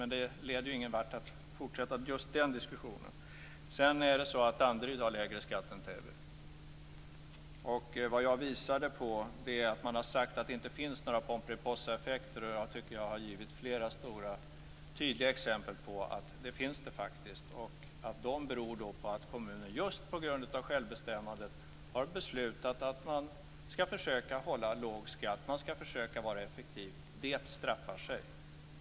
Men det leder ingen vart att fortsätta just den diskussionen. Danderyd har lägre skatt än Täby. Vad jag visade på är att man har sagt att det inte finns några Pomperipossaeffekter. Jag tycker att jag har givit flera stora tydliga exempel på att det faktiskt finns det. De beror på att kommuner just på grund av självbestämmandet har beslutat att de skall försöka hålla låg skatt och vara effektiva. Det straffar sig.